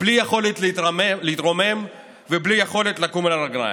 בלי יכולת להתרומם ובלי יכולת לקום על הרגליים.